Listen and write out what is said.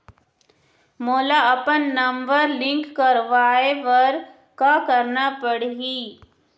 मोला अपन number link करवाये बर का करना पड़ही?